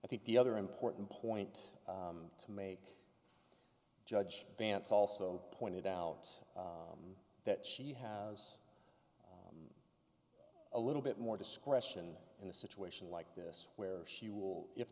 i think the other important point to make judge vance also pointed out that she has a little bit more discretion in a situation like this where she will if